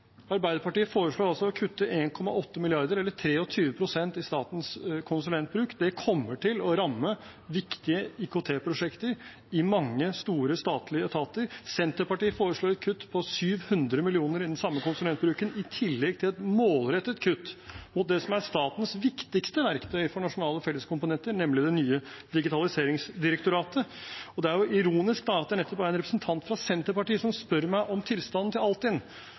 Arbeiderpartiet foreslår altså å kutte 1,8 mrd. kr eller 23 pst. i statens konsulentbruk. Det kommer til å ramme viktige IKT-prosjekter i mange store statlige etater. Senterpartiet foreslår et kutt på 700 mill. kr i den samme konsulentbruken i tillegg til et målrettet kutt i det som er statens viktigste verktøy for nasjonale felleskomponenter, nemlig det nye digitaliseringsdirektoratet. Det er jo ironisk at det nettopp er en representant fra Senterpartiet som spør meg om tilstanden til Altinn,